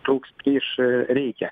trūks plyš reikia